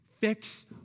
fix